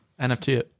NFT